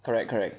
correct correct